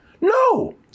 no